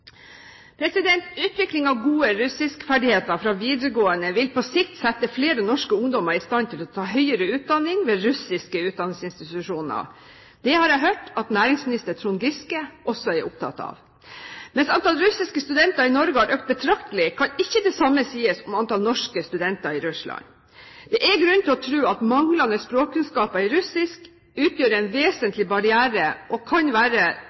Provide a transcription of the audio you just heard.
Utvikling av gode russiskferdigheter fra videregående skole vil på sikt sette flere norske ungdommer i stand til å ta høyere utdanning ved russiske utdanningsinstitusjoner. Det har jeg hørt at næringsminister Trond Giske også er opptatt av. Mens antall russiske studenter i Norge har økt betraktelig, kan ikke det samme sies om antall norske studenter i Russland. Det er grunn til å tro at manglende språkkunnskaper i russisk utgjør en vesentlig barriere og kan være